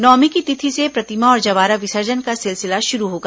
नवमीं की तिथि से प्रतिमा और जवारा विसर्जन का सिलसिला शुरू होगा